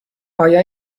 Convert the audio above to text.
آیا